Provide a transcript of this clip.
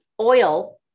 oil